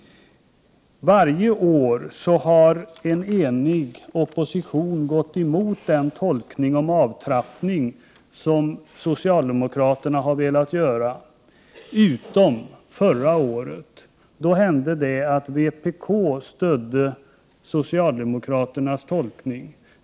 Varje år har en enig opposition gått emot den tolkning om avtrappning som socialdemokraterna har velat göra, utom förra året. Då hände det att vpk stödde socialdemokraternas tolkning.